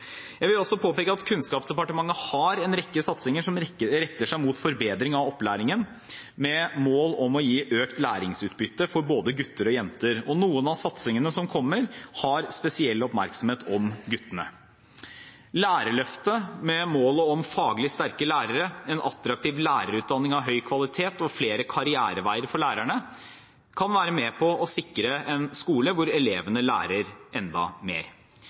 Jeg vil også påpeke at Kunnskapsdepartementet har en rekke satsinger som retter seg mot forbedring av opplæringen, med mål om å gi økt læringsutbytte for både gutter og jenter, og noen av satsingene som kommer, har spesielt oppmerksomhet på guttene. Lærerløftet, med mål om faglig sterke lærere, en attraktiv lærerutdanning av høy kvalitet og flere karriereveier for lærerne, kan være med på å sikre en skole hvor elevene lærer enda mer.